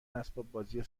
اسباببازی